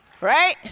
Right